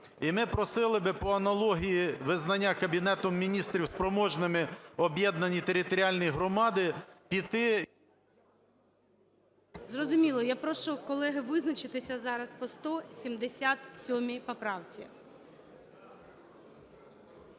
І ми просили би по аналогії визнання Кабінетом Міністрів спроможними об'єднані територіальні громади піти… ГОЛОВУЮЧИЙ. Зрозуміло. Я прошу колеги, визначитися зараз по 177 поправці.